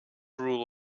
rule